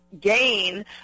gain